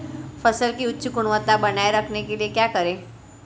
फसल की उच्च गुणवत्ता बनाए रखने के लिए क्या करें?